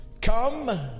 Come